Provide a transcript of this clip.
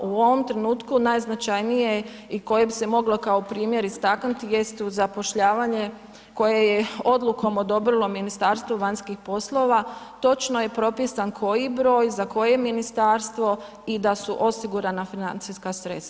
U ovome trenutku najznačajnije i koje bi se moglo kao primjer istaknuti, jest zapošljavanje koje je odlukom odobrilo Ministarstvo vanjskih poslova, točno je propisan koji broj, za koje ministarstvo i da su osigurana financijska sredstva.